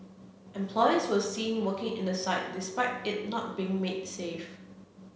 employees were seen working in the site despite it not being made safe